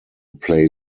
play